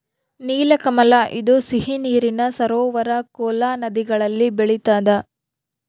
ನೀಲಕಮಲ ಇದು ಸಿಹಿ ನೀರಿನ ಸರೋವರ ಕೋಲಾ ನದಿಗಳಲ್ಲಿ ಬೆಳಿತಾದ